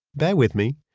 bear with me,